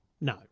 no